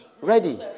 ready